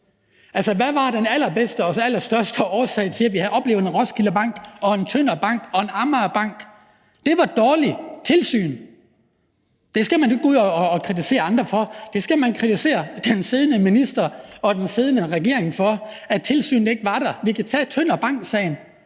Altså, hvad var den allerstørste årsag til, at vi oplevede det med en Roskilde Bank og en Tønder Bank og en Amagerbank? Det var et dårligt tilsyn. Det skal man jo ikke gå ud og kritisere andre for, men der skal man kritisere den siddende minister og den siddende regering for, at tilsynet ikke var der. Vi kan tage Tønder Bank-sagen.